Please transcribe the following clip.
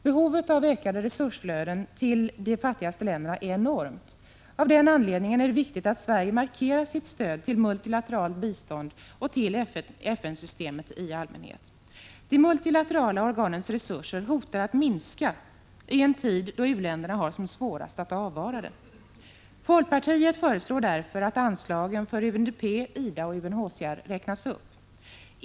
Behovet av ökade resursflöden till de fattigaste länderna är enormt. Av den anledningen är det viktigt att Sverige markerar sitt stöd till multilateralt bistånd och till FN-systemet i allmänhet. De multilaterala organens resurser hotar att minska i en tid då u-länderna har svårast att avvara det. Folkpartiet föreslår därför att anslagen till UNDP, IDA och UNHCR räknas upp.